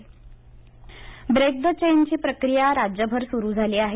Shivbhojan break the चेनची प्रक्रिया राज्यभर सुरू झाली आहे